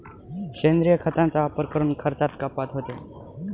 सेंद्रिय खतांचा वापर करून खर्चात कपात होते